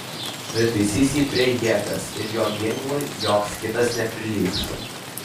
pritaisys jį prie ieties ir jo ginklui joks kitas neprilygs